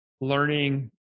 learning